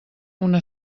una